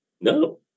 No